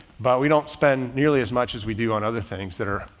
but we don't spend nearly as much as we do on other things that are,